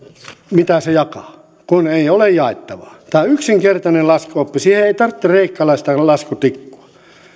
mitä se jakaa kun ei ole jaettavaa tämä on yksinkertainen laskuoppi siihen ei tarvita kreikkalaista laskutikkua